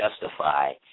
justify